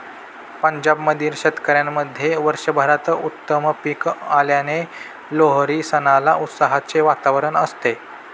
पंजाब मधील शेतकऱ्यांमध्ये वर्षभरात उत्तम पीक आल्याने लोहरी सणाला उत्साहाचे वातावरण असते